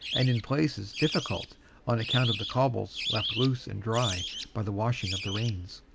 and in places difficult on account of the cobbles left loose and dry by the washing of the rains.